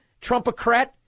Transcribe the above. Trumpocrat